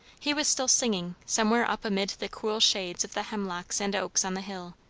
he was still singing somewhere up amid the cool shades of the hemlocks and oaks on the hill,